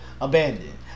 abandoned